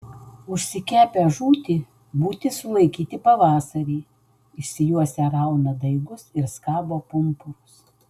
užsikepę žūti būti sulaikyti pavasarį išsijuosę rauna daigus ir skabo pumpurus